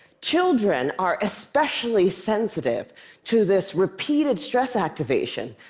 children are especially sensitive to this repeated stress activation,